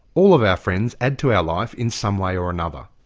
all of our friends add to our life in some way or another.